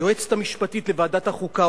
היועצת המשפטית לוועדת החוקה,